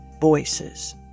voices